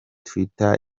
twitter